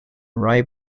rye